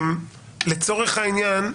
לצורך העניין,